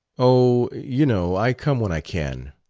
oh, you know i come when i can.